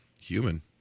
human